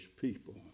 people